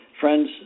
friends